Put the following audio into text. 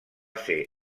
ser